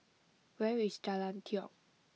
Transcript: where is Jalan Tiong